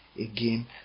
again